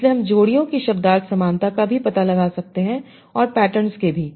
इसलिए हम जोड़ियों की शब्दार्थ समानता का भी पता लगा सकते हैं और पैटर्न के भी